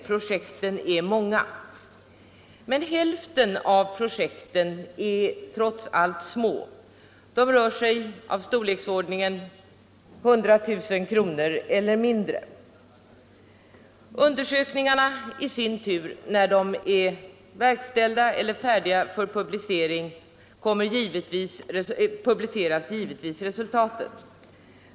Projekten är många, men hälften av dem är trots allt små; de rör sig kring storleksordningen 100 000 kr. eller mindre. När undersökningarna är verkställda publiceras givetvis resultaten.